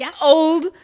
Old